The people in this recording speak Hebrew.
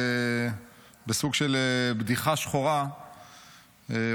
בסוג של בדיחה שחורה,